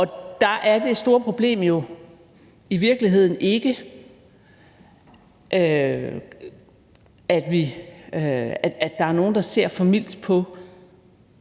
og der er det store problem jo i virkeligheden ikke, at der er nogle, der ser for mildt på